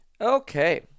Okay